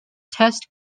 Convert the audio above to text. test